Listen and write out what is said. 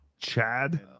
chad